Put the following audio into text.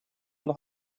noch